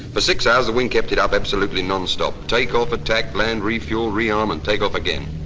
for six hours, the wind kept it up absolutely nonstop. take-off, attack, land, refuel, re-arm, and take off again.